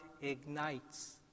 ignites